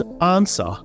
answer